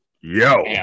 Yo